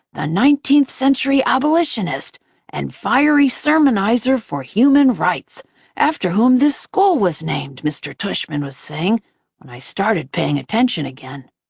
the nineteenth-century abolitionist and fiery sermonizer for human rights after whom this school was named, mr. tushman was saying when i started paying attention again.